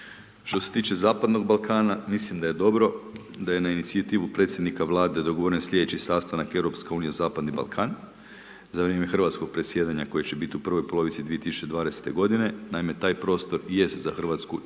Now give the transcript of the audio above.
Što se tiče zapadnog Balkana, mislim da je dobro da je na inicijativu predsjednika Vlade dogovoren sljedeći sastanak Europska unija-Zapadni Balkan za vrijeme hrvatskog predsjedanja koje će biti u prvoj polovici 2020. godine. Naime, taj prostor i jest za Hrvatsku, i